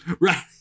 Right